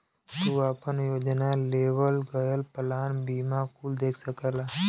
तू आपन योजना, लेवल गयल प्लान बीमा कुल देख सकला